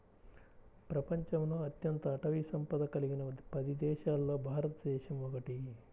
ప్రపంచంలో అత్యంత అటవీ సంపద కలిగిన పది దేశాలలో భారతదేశం ఒకటి